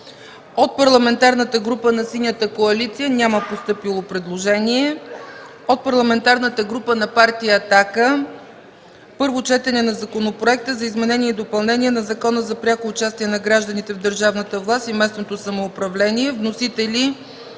От Парламентарната група на Синята коалиция няма постъпило предложение. От Парламентарната група на Партия „Атака”: 2. Първо четене на Законопроекта за изменение и допълнение на Закона за пряко участие на гражданите в държавната власт и местното самоуправление. Вносители